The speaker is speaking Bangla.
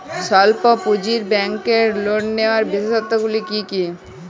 স্বল্প পুঁজির ব্যাংকের লোন নেওয়ার বিশেষত্বগুলি কী কী?